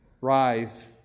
Rise